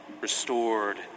restored